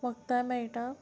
वखदांय मेळटा